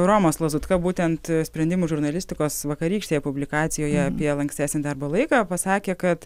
romas lazutka būtent sprendimų žurnalistikos vakarykštėje publikacijoje apie lankstesnį darbo laiką pasakė kad